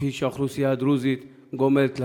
כפי שהאוכלוסייה הדרוזית גומלת לנו.